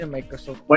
Microsoft